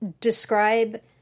describe